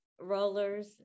Rollers